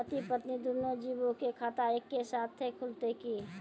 पति पत्नी दुनहु जीबो के खाता एक्के साथै खुलते की?